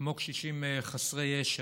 כמו קשישים חסרי ישע,